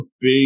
big